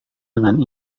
dengan